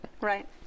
Right